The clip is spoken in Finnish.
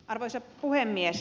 arvoisa puhemies